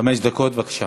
חמש דקות, בבקשה.